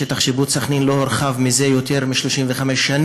שטח השיפוט של סח'נין לא הורחב יותר מ-35 שנים,